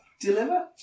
deliver